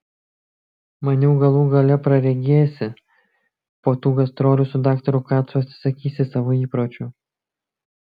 maniau galų gale praregėsi po tų gastrolių su daktaru kacu atsisakysi savo įpročių